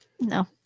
No